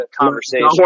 conversation